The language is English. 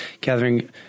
gathering